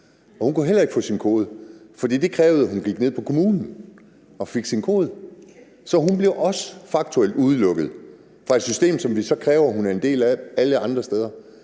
Hun kunne heller ikke få sin kode, fordi det krævede, at hun gik ned på kommunen og fik sin kode. Så hun blev også faktuelt udelukket fra et system, som vi så kræver hun er en del af alle andre steder.